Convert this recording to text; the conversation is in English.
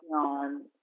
on